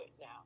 now